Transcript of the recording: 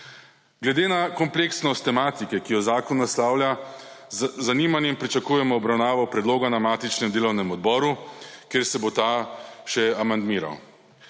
Glede na kompleksnost tematike, ki jo zakon naslavlja, z zanimanjem pričakujemo obravnavo predloga na matičnem delovnem odboru, kjer se bo ta še amandmiral.